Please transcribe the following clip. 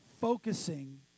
focusing